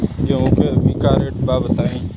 गेहूं के अभी का रेट बा बताई?